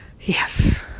yes